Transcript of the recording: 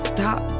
Stop